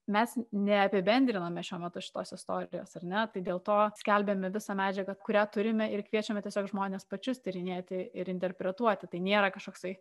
mes neapibendrinome šiuo metu šitos istorijos ar ne tai dėl to skelbiame visą medžiagą kurią turime ir kviečiame tiesiog žmones pačius tyrinėti ir interpretuoti tai nėra kažkoksai